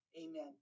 Amen